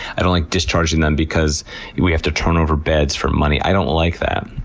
i don't like discharging them because we have to turnover beds for money. i don't like that.